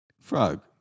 frog